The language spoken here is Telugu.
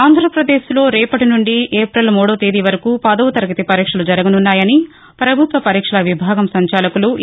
ఆంధ్రాపదేశ్లో రేపటి నుండి ఏపిల్ మూడో తేదీ వరకు పదో తరగతి పరీక్షలు జరగనున్నాయని ప్రభుత్వం పరీక్షల విభాగం సంచాలకులు ఎ